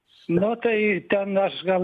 nu tai ten aš gal